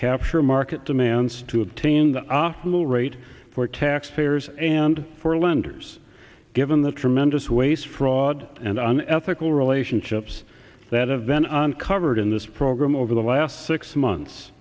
capture market demands to obtain the awful rate for taxpayers and for lenders given the tremendous waste fraud and unethical relationships that event uncovered in this program over the last six months